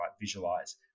visualize